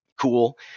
cool